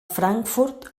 frankfurt